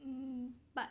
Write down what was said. um but